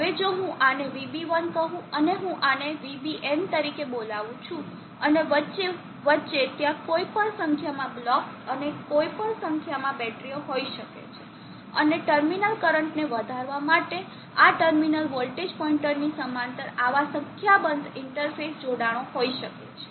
હવે જો હું આને VB1 કહું અને હું આને VBn તરીકે બોલવું છું અને વચ્ચે વચ્ચે ત્યાં કોઈપણ સંખ્યામાં બ્લોક અને કોઈપણ સંખ્યામાં બેટરીઓ હોઈ શકે છે અને ટર્મિનલ કરંટને વધારવા માટે આ ટર્મિનલ વોલ્ટેજ પોઇન્ટની સમાંતર આવા સંખ્યાબંધ ઇન્ટરફેસ જોડાણો હોઈ શકે છે